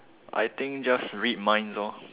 I think just read minds lor